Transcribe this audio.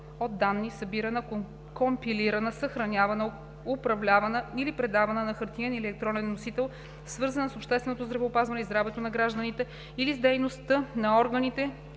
от данни, събирана, компилирана, съхранявана, управлявана или предавана на хартиен или електронен носител, свързана с общественото здравеопазване и здравето на гражданите или с дейността на организациите,